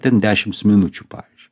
ten dešimt minučių pavyzdžiui